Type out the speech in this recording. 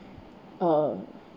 uh